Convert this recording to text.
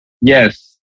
Yes